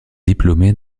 diplômés